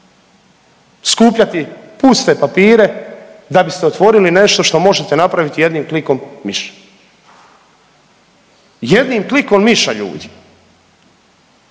skupljati puste papire da biste otvorili nešto što možete napraviti jednim klikom miša, jednim klikom miša ljudi.